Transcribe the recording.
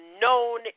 known